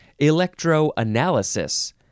Electroanalysis